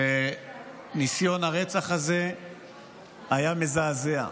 וניסיון הרצח הזה היה מזעזע.